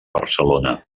barcelona